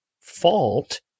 fault